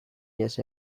ihes